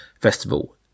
festival